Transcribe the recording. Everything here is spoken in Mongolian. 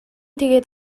тэгээд